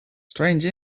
strange